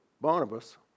Barnabas